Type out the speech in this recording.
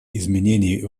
изменений